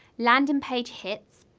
landing page hits,